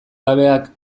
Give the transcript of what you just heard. gabeak